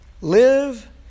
live